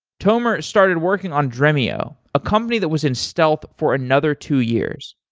tomer started working on dremio, a company that was in stealth for another two years.